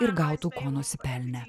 ir gautų ko nusipelnę